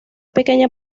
pequeña